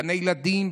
גני ילדים,